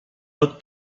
notes